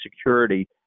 security